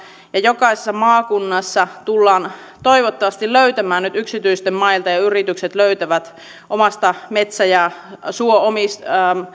ja toivottavasti jokaisessa maakunnassa tullaan nyt löytämään yksityisten mailta ja ja yritykset löytävät omista metsä ja suo